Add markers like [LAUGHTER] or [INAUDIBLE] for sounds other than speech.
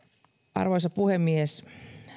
arvoisa puhemies [UNINTELLIGIBLE]